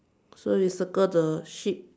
so you circle the sheep